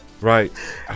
Right